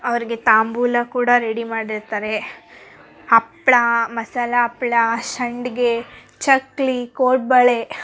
ಅವರಿಗೆ ತಾಂಬೂಲ ಕೂಡ ರೆಡಿ ಮಾಡಿರ್ತಾರೆ ಹಪ್ಳ ಮಸಾಲೆ ಹಪ್ಳ ಸಂಡ್ಗೆ ಚಕ್ಲಿ ಕೋಡ್ಬಳೆ